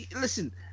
listen